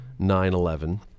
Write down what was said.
9-11